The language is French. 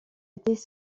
étés